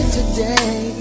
today